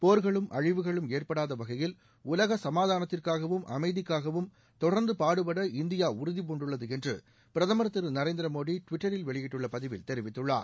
போர்களும் அழிவுகளும் ஏற்படாத வகையில் உலக சுமாதானத்திற்காகவும் அமைதிக்காகவும் தொடர்ந்து பாடுபட இந்திய உறுதிபூண்டுள்ளது என்று பிரதமர் திரு நரேந்திர மோடி டுவிட்டரில் வெளியிட்டுள்ள பதிவில் தெரிவித்துள்ளார்